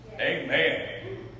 Amen